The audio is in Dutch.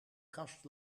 kast